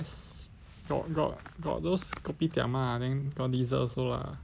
got got got those kopitiam ah then got dessert also lah